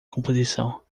composição